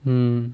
mm